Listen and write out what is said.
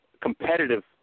competitive